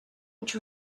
which